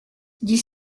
dix